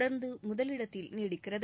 தொடர்ந்து முதலிடத்தில் நீடிக்கிறது